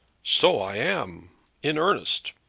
so i am in earnest.